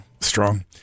Strong